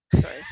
Sorry